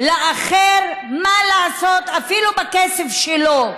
לאחר מה לעשות אפילו בכסף שלו,